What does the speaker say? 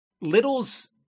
Little's